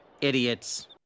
Idiots